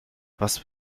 was